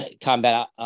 combat